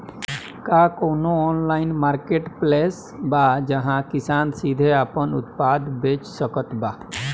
का कउनों online marketplace बा जहां किसान सीधे आपन उत्पाद बेच सकत बा?